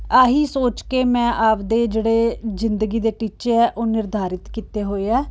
ਆਹੀ ਸੋਚ ਕੇ ਮੈਂ ਆਪਦੇ ਜਿਹੜੇ ਜ਼ਿੰਦਗੀ ਦੇ ਟੀਚੇ ਹੈ ਉਹ ਨਿਰਧਾਰਿਤ ਕੀਤੇ ਹੋਏ ਹੈ